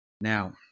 Now